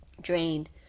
drained